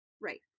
Right